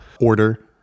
order